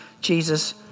Jesus